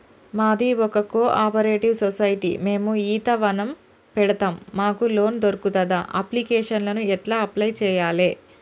మాది ఒక cooperative society మేము ఈత వనం పెడతం మాకు లోన్ దొర్కుతదా? అప్లికేషన్లను ఎట్ల అప్లయ్ చేయాలే?